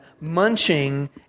munching